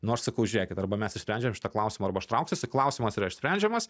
nu aš sakau žiūrėkit arba mes išsprendžiam šitą klausimą arba aš traukiuosi klausimas yra išsprendžiamas